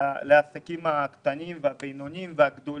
בעלי העסקים הקטנים, הבינוניים והגדולים,